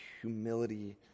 humility